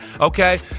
okay